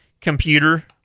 computer